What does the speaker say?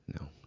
No